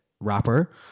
rapper